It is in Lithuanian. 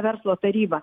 verslo tarybą